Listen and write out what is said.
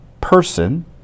Person